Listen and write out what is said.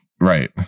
Right